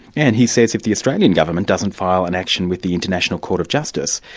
and he says if the australian government doesn't file an action with the international court of justice,